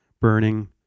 burning